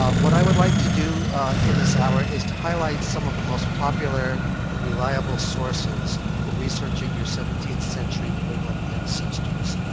what i would like to do in this hour is to highlight some of the most popular and reliable sources for researching your seventeenth-century new england ancestors.